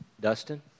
Dustin